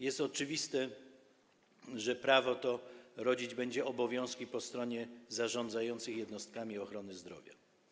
Jest oczywiste, że prawo to rodzić będzie obowiązki po stronie zarządzającej jednostkami ochrony zdrowia.